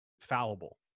fallible